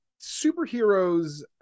Superheroes